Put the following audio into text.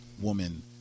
woman